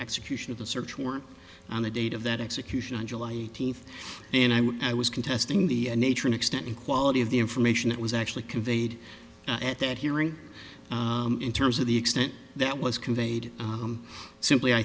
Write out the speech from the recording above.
execution of the search warrant on the date of that execution on july eighteenth and i'm i was contesting the nature and extent and quality of the information that was actually conveyed at that hearing in terms of the extent that was conveyed simply i